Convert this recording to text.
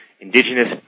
indigenous